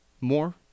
more